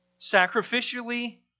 Sacrificially